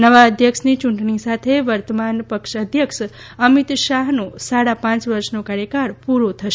નવા અધ્યક્ષની ચૂંટણી સાથે વર્તમાન પક્ષ અધ્યક્ષ અમિત શાહનો સાડા પાંચ વર્ષનો કાર્યકાળ પૂરો થશે